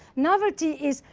novelty is,